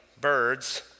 birds